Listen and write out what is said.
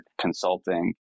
consulting